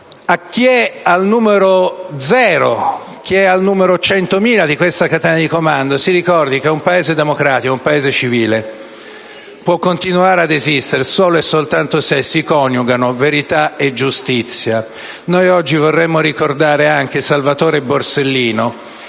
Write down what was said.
chi è al numero zero, a chi è al numero centomila di questa catena di comando, si ricordassero che un Paese democratico e civile può continuare ad esistere solo e soltanto se si coniugano verità e giustizia. Noi oggi vorremmo ricordare anche Salvatore Borsellino,